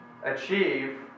Achieve